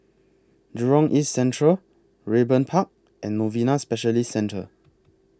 Jurong East Central Raeburn Park and Novena Specialist Centre